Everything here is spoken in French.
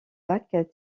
lac